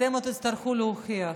אתם עוד תצטרכו להוכיח.